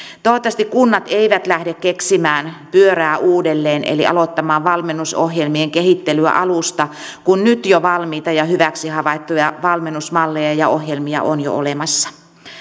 toivottavasti kunnat eivät lähde keksimään pyörää uudelleen eli aloittamaan valmennusohjelmien kehittelyä alusta kun jo nyt valmiita ja hyväksi havaittuja valmennusmalleja ja ja ohjelmia on olemassa